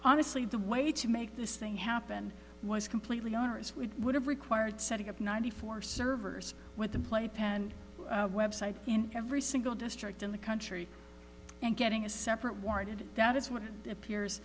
honestly the way to make this thing happen was completely onerous we would have required setting up ninety four servers with the playpen website in every single district in the country and getting a separate warded that is what it appears